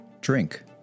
drink